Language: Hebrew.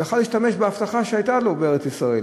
הוא היה יכול להשתמש בהבטחה שהייתה לו בארץ-ישראל,